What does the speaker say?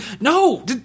No